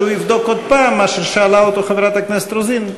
שהוא יבדוק עוד הפעם את מה ששאלה אותו חברת הכנסת רוזין,